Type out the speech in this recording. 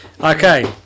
Okay